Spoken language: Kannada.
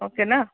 ಓಕೆನಾ